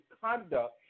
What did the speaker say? conduct